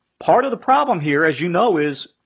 part of the problem here, as you know is,